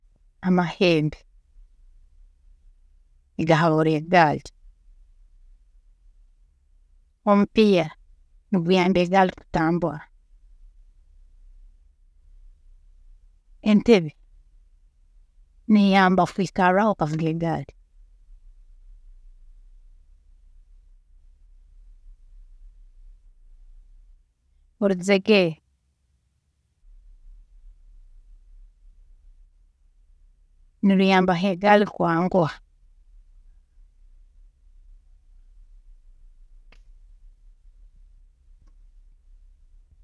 Amahembe, gaahabura egaari, omupiira niguyamba egaari kutambura, entebe neyamba kwiikarraho okavuga egaari, orujegere niruyambaho egaari kwanguha.